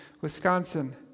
Wisconsin